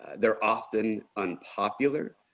they're often unpopular,